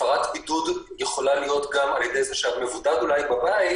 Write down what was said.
הפרת בידוד יכולה להיות גם על זה שהמבודד אולי בבית,